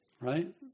right